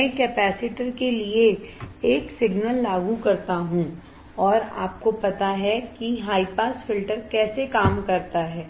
मैं कैपेसिटर के लिए एक सिग्नल लागू करता हूं और आपको पता है कि हाई पास फिल्टर कैसे काम करता है